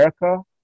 America